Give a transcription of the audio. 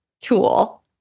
tool